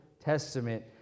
Testament